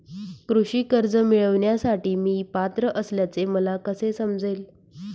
कृषी कर्ज मिळविण्यासाठी मी पात्र असल्याचे मला कसे समजेल?